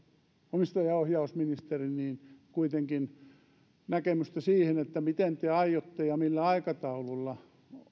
omistajaohjausministeri kuitenkin kysyisin näkemystä siihen että miten te aiotte ja millä aikataululla